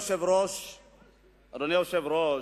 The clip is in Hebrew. אדוני היושב-ראש,